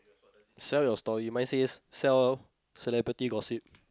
sell your story my says sell celebrity gossip